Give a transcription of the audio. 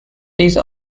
these